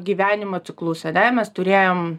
gyvenimo ciklus ane mes turėjom